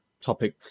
topic